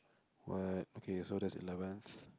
what okay so that is eleventh